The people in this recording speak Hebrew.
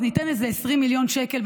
אז ניתן לזה 20 מיליון שקל,